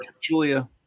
Julia